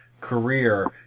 career